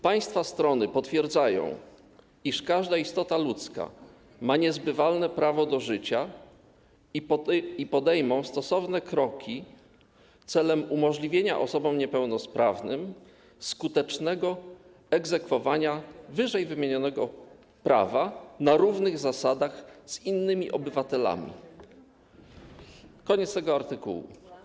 Państwa Strony potwierdzają, iż każda istota ludzka ma niezbywalne prawo do życia i podejmą stosowne kroki celem umożliwienia osobom niepełnosprawnym skutecznego egzekwowania wyżej wymienionego prawa na równych zasadach z innymi obywatelami - koniec tego artykułu.